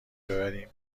ببریم